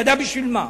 הוא ידע בשביל מה.